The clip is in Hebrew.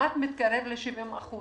מתקרב ל-70%